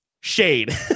Shade